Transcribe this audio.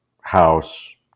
house